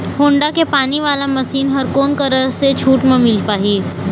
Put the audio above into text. Honda के पानी वाला मशीन हर कोन करा से छूट म मिल पाही?